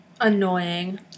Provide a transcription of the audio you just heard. annoying